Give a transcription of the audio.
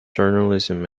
journalism